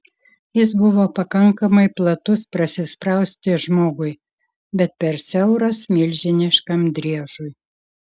jis buvo pakankamai platus prasisprausti žmogui bet per siauras milžiniškam driežui